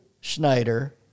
Schneider